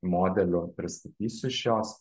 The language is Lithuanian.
modelių pristatysiu iš jos